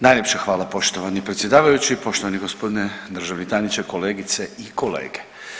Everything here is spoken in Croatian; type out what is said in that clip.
Najljepša hvala poštovani predsjedavajući, poštovani gospodine državni tajniče, kolegice i kolege.